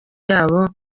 yabo